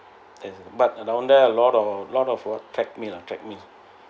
but around there a lot of a lot of what treadmill ah treadmills